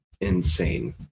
insane